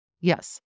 Yes